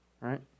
right